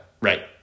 right